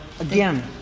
again